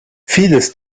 vieles